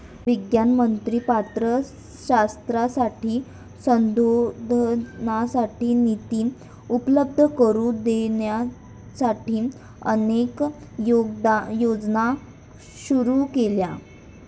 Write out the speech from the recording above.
विज्ञान मंत्र्यांनी पात्र शास्त्रज्ञांसाठी संशोधनासाठी निधी उपलब्ध करून देण्यासाठी अनेक योजना सुरू केल्या